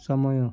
ସମୟ